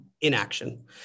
inaction